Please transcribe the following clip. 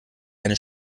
eine